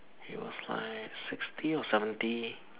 he was like sixty or seventy